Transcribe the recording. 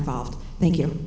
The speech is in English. involved thank you